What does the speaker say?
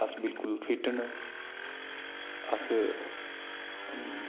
अस बिलकुल फिट न अस